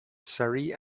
surrey